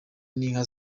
n’inka